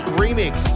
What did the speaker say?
remix